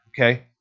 okay